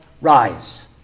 rise